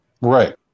Right